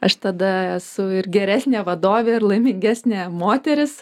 aš tada esu ir geresnė vadovė ir laimingesnė moteris